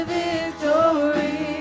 victory